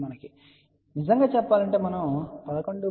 కాబట్టి నిజంగా చెప్పాలంటే మనం 11